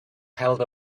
held